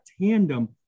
tandem